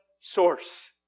source